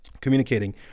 Communicating